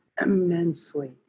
Immensely